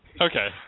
Okay